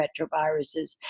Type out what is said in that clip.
retroviruses